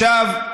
עכשיו אני,